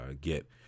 get